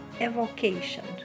evocation